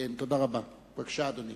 בבקשה, אדוני.